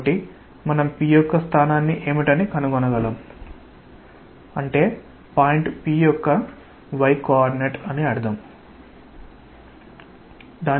కాబట్టి మనం P యొక్క స్థానాన్ని ఏమిటని కనుగొనగలం అంటే పాయింట్ P యొక్క y కోఆర్డినేట్ అని అర్థం